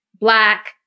black